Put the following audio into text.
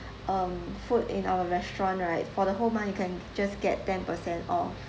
um food in our restaurant right for the whole month you can just get ten per cent off